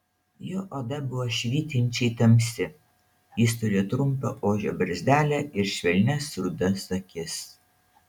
jo oda buvo švytinčiai tamsi jis turėjo trumpą ožio barzdelę ir švelnias rudas akis